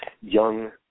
young